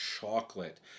chocolate